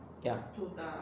ya